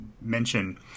mention